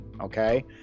Okay